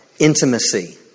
Intimacy